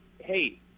hey